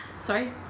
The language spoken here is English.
sorry